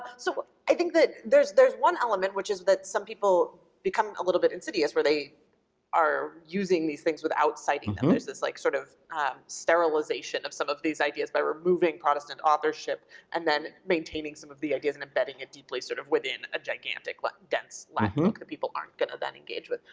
so i think that there's there's one element which is that some people become a little bit insidious where they are using these things without citing them. there's this like sort of sterilization of some of these ideas by removing protestant authorship and then maintaining some of the ideas and embedding it deeply sort of within a gigantic, dense latin cause people then aren't gonna then engage with.